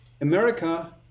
America